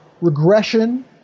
regression